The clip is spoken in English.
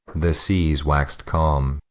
the seas wax'd calm,